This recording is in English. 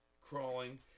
crawling